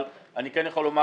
אבל אני כן יכול לומר